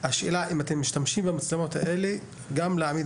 השאלה אם אתם משתמשים במצלמות האלה גם להעמיד